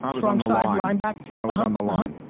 um strong side line back? i was on the line.